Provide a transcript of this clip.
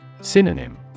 Synonym